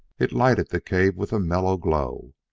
it lighted the cave with a mellow glow.